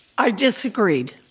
i disagreed.